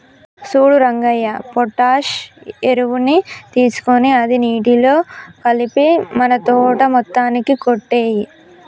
సూడు రంగయ్య పొటాష్ ఎరువుని తీసుకొని అది నీటిలో కలిపి మన తోట మొత్తానికి కొట్టేయి